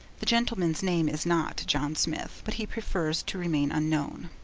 the gentleman's name is not john smith, but he prefers to remain unknown.